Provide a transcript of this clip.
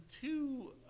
two